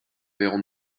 verrons